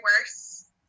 worse